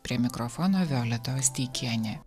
prie mikrofono violeta osteikienė